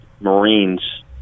Marines